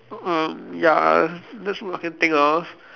mm ya that's what I can think of